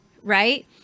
right